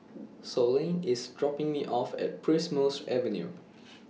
Sloane IS dropping Me off At Primrose Avenue